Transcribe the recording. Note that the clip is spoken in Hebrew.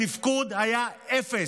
התפקוד היה אפס.